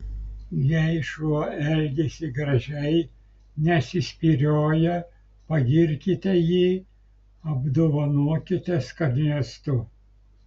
jei šuo elgiasi gražiai nesispyrioja pagirkite jį apdovanokite skanėstu